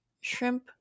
shrimp